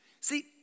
See